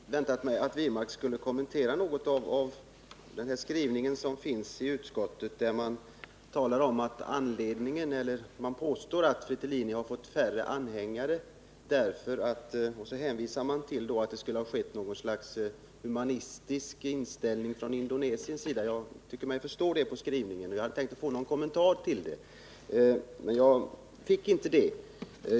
Herr talman! Jag hade väntat mig att David Wirmark skulle kommentera något av den skrivning som finns i utskottsbetänkandet, där man påstår att 38 Fretilin fått färre anhängare och hänvisar till att det skulle kunna bero på något slags humanitär inställning från Indonesiens sida — jag tycker mig förstå Nr 49 det av skrivningen. Jag hade hoppats få några kommentarer till detta, men det fick jag inte.